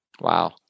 Wow